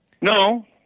No